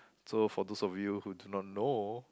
so for those of you who do not know